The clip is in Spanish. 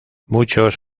muchos